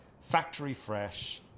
factory-fresh